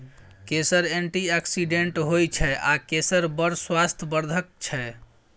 केसर एंटीआक्सिडेंट होइ छै आ केसर बड़ स्वास्थ्य बर्धक छै